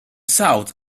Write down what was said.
south